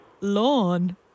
Lawn